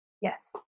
Yes